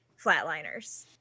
Flatliners